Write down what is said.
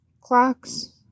clocks